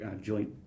joint